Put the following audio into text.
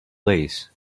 lace